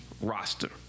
roster